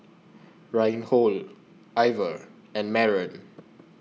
Reinhold Iver and Maren